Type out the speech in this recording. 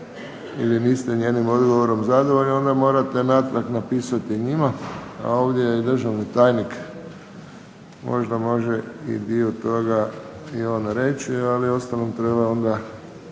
ili niste njenim odgovorom zadovoljni, onda morate natrag napisati njima, a ovdje je državni tajnik, možda može i dio toga i on reći, ali uostalom treba onda